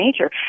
nature